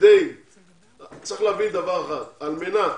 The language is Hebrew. יש להבין על-מנת